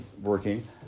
working